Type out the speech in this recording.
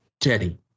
Teddy